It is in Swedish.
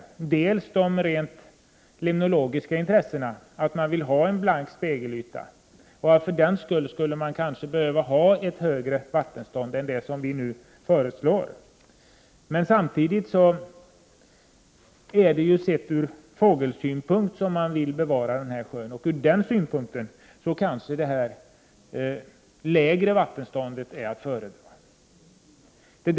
Å ena sidan har vi de rent limnologiska intressena, att man vill ha en blank spegelyta, och för den skull skulle man kanske vilja ha ett högre vattenstånd än det som vi nu föreslår. Å andra sidan är det ju med tanke på fågellivet som man vill bevara sjön, och sett ur den synpunkten kanske detta lägre vattenstånd är att föredra.